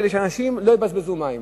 כדי שאנשים לא יבזבזו מים.